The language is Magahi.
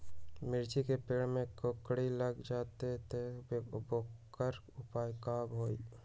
मिर्ची के पेड़ में कोकरी लग जाये त वोकर उपाय का होई?